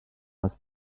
was